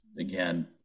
again